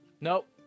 Nope